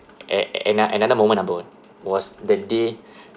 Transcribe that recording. a~ ano~ another moment ah bro was the day